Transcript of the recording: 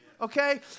Okay